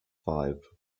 five